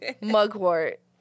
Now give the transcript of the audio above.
mugwort